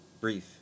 brief